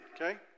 Okay